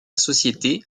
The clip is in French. société